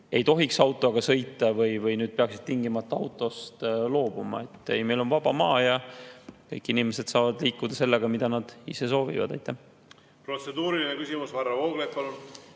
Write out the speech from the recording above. ei tohiks autoga sõita või peaksid nüüd tingimata autost loobuma. Meil on vaba maa ja kõik inimesed saavad liikuda sellega, millega nad ise soovivad.